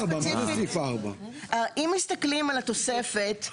אם מסתכלים על התוספת,